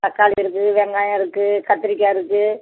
தக்காளி இருக்கு வெங்காயம் இருக்கு கத்திரிக்காய் இருக்கு